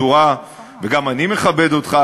וגם אני מכבד אותך,